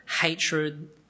hatred